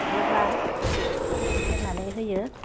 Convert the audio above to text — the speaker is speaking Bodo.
थायोब्ला जों बेखौ थावजों सेरनानै होयो